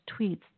tweets